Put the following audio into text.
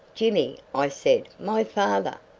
jimmy! i said. my father?